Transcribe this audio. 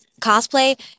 cosplay